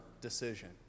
decision